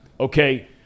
Okay